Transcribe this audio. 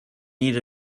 need